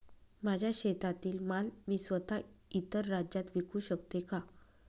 माझ्या शेतातील माल मी स्वत: इतर राज्यात विकू शकते का?